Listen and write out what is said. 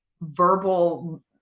verbal